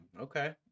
Okay